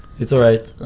it's all right,